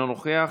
אינו נוכח.